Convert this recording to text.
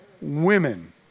women